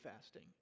fasting